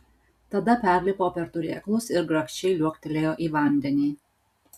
tada perlipo per turėklus ir grakščiai liuoktelėjo į vandenį